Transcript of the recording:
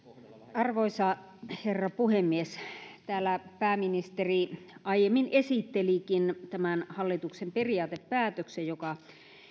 arvoisa herra puhemies täällä pääministeri aiemmin esittelikin tämän hallituksen periaatepäätöksen joka